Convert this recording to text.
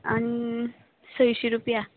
आनी सयशीं रुपया